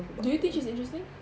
do you think she's interesting